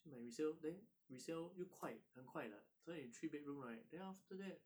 买 resale then resale 又快很快的所以 three bedroom right then after that